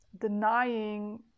denying